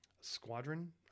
squadron